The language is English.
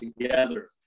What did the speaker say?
together